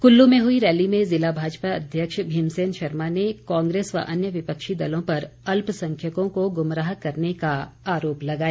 कुल्लू में हुई रैली में जिला भाजपा अध्यक्ष भीमसेन शर्मा ने कांग्रेस व अन्य विपक्षी दलों पर अल्पसंख्यकों को गुमराह करने का आरोप लगाया